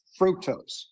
fructose